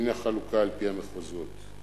הנה החלוקה על-פי המחוזות: